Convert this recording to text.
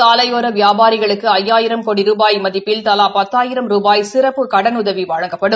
சாலையோர வியாபாரிகளுக்கு ஐபாயிரம் கோடி ரூபாய் மதிப்பில் தலா பத்தாயிரம் ரூபாய் சிறப்பு கடனுதவி வழங்கப்படும்